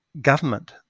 government